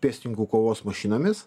pėstininkų kovos mašinomis